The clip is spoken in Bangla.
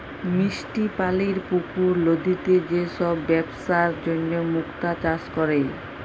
মিষ্টি পালির পুকুর, লদিতে যে সব বেপসার জনহ মুক্তা চাষ ক্যরে